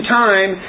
time